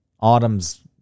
Autumn's